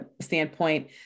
standpoint